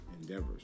endeavors